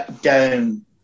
down